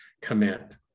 Commit